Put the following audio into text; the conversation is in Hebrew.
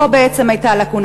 פה בעצם הייתה לקונה.